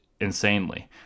insanely